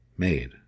Made